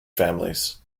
families